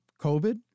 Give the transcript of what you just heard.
COVID